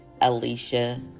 Alicia